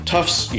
Tufts